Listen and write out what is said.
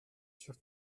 sûre